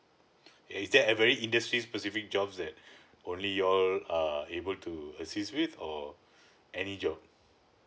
and is there a very industries specific jobs that only you all err able to assist with or any job